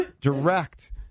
direct